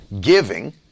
giving